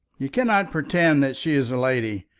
you cannot pretend that she is a lady,